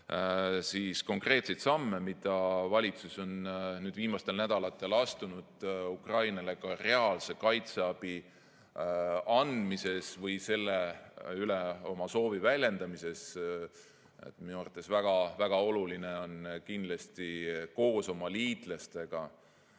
ka konkreetseid samme, mida valitsus on viimastel nädalatel astunud Ukrainale ka reaalse kaitseabi andmises või selle üle oma soovi väljendamises. Minu arvates on väga oluline seda teha kindlasti koos oma liitlastega,